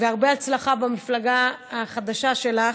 והרבה הצלחה במפלגה החדשה שלך.